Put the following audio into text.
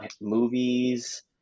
movies